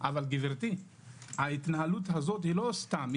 אבל ההתנהלות הזאת היא לא סתם.